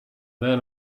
then